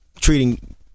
treating